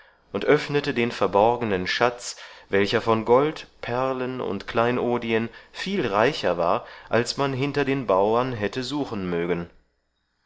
und öffnete den verborgenen schatz welcher von gold perlen und kleinodien viel reicher war als man hinter den bauren hätte suchen mögen